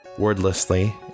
wordlessly